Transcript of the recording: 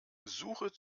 suche